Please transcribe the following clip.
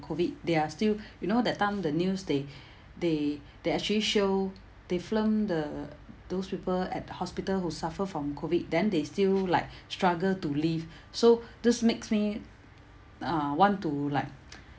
COVID they are still you know that time the news they they they actually show they film the those people at the hospital who suffer from COVID then they still like struggle to live so this makes me uh want to like